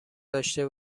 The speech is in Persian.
داشته